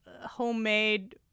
homemade